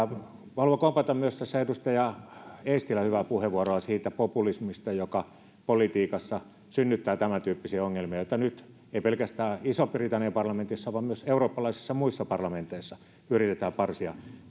minä haluan myös kompata tässä edustaja eestilän hyvää puheenvuoroa siitä populismista joka politiikassa synnyttää tämäntyyppisiä ongelmia joita nyt ei pelkästään ison britannian parlamentissa vaan myös muissa eurooppalaisissa parlamenteissa yritetään parsia